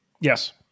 Yes